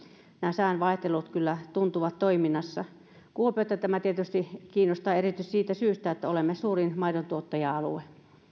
säänvaihtelut kyllä tuntuvat toiminnassa kuopiota tämä tietysti kiinnostaa erityisesti siitä syystä että olemme suurin maidontuottaja alue